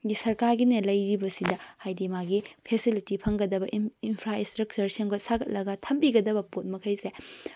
ꯁꯔꯀꯥꯔꯒꯤꯅꯦ ꯂꯩꯔꯤꯕꯁꯤꯗ ꯍꯥꯏꯗꯤ ꯃꯥꯒꯤ ꯐꯦꯁꯤꯂꯤꯇꯤ ꯐꯪꯒꯗꯕ ꯏꯟꯐ꯭ꯔꯥꯏꯁꯇ꯭ꯔꯛꯆꯔ ꯁꯦꯝꯒꯠ ꯁꯥꯒꯠꯂꯒ ꯊꯦꯝꯕꯤꯒꯗꯕ ꯄꯣꯠ ꯃꯈꯩꯁꯦ